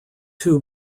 two